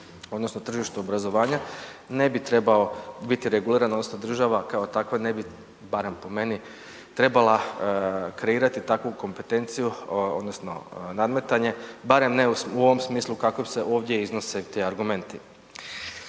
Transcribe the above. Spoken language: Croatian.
odnosno tržištu obrazovanja, ne bi trebao biti reguliran odnosno država kao takva ne bi, barem po meni, trebala kreirati takvu kompetenciju odnosno nadmetanje, barem ne u ovom smislu kako se ovdje iznose ti argumenti.